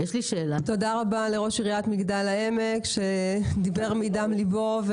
תודה רבה לראש עיריית מגדל העמק שדיבר מדם ליבו,